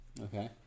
Okay